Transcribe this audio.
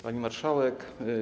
Pani Marszałek!